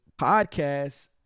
podcast